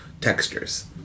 textures